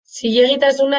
zilegitasuna